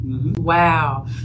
Wow